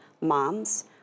moms